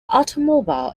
automobile